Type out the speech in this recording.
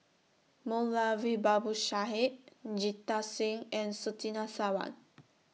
Moulavi Babu Sahib Jita Singh and Surtini Sarwan